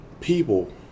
people